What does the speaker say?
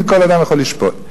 כל אדם יכול לשפוט.